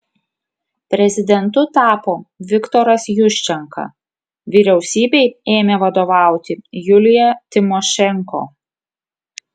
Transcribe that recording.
prezidentu tapo viktoras juščenka vyriausybei ėmė vadovauti julija timošenko